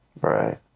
Right